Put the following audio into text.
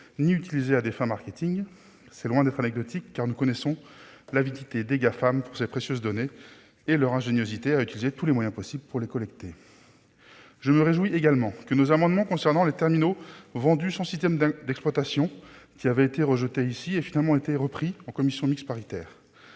ni utilisées à des fins de marketing, ce qui est loin d'être un détail, car nous connaissons l'avidité des Gafam pour ces précieuses données et leur ingéniosité à utiliser tous les moyens possibles pour les collecter. Je me réjouis également que nos amendements concernant les terminaux vendus sans système d'exploitation, qui avaient été rejetés au Sénat, aient finalement été repris en commission mixte paritaire.